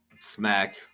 smack